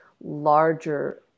larger